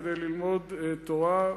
כדי ללמוד תורה,